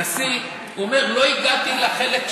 לא, אני אומר שלדעתך זה בניגוד לחוק,